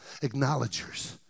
acknowledgers